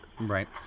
Right